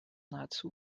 nahezu